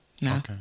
No